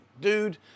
dude